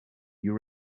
you